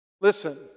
Listen